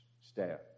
staff